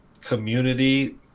community